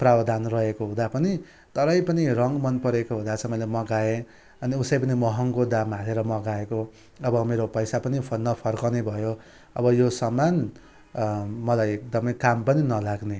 प्रावधान रहेको हुँदा पनि तरै पनि रङ मनपरेको हुँदा चाहिँ मैले मगाएँ अन्त उसै पनि महँगो दाम हालेर मगाएको अब मेरो पैसा पनि फ नफर्काउने भयो अब यो सामान मलाई एकदमै काम पनि नलाग्ने